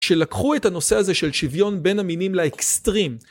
שלקחו את הנושא הזה של שוויון בין המינים לאקסטרים.